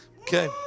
Okay